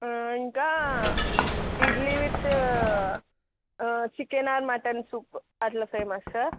ఇంకా idli with chicken or mutton soup అలా famous